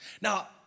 Now